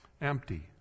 empty